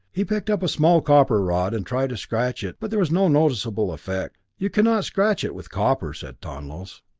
he picked up a small copper rod and tried to scratch it but there was no noticeable effect. you cannot scratch it with copper, said tonlos.